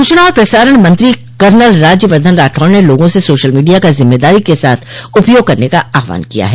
सूचना और प्रसारण मंत्री कर्नल राज्य वर्द्वन राठौड़ ने लोगों से सोशल मीडिया का ज़िम्मेदारी के साथ उपयोग करने का आहवान किया है